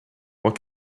what